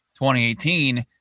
2018